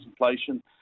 inflation